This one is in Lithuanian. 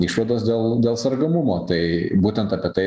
išvados dėl dėl sergamumo tai būtent apie tai